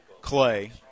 Clay